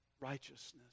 righteousness